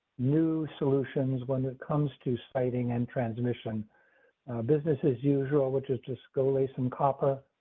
new solutions when it comes to citing and transmission business as usual, which is just go lay some copper.